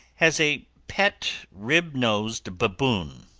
has a pet rib-nosed baboon,